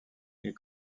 les